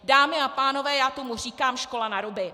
Dámy a pánové, já tomu říkám škola naruby.